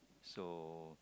so